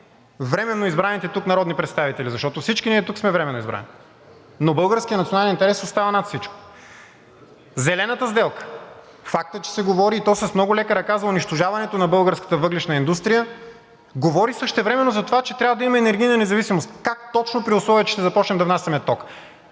временно избраните тук народни представители, защото всички ние тук сме временно избрани. Българският национален интерес остава над всичко. Зелената сделка. Факт е, че се говори, и то с много лека ръка, за унищожаването на българската въглищна индустрия. Говори се същевременно за това, че не трябва да има енергийна зависимост. Как точно, при условие че ще започнем да внасяме ток,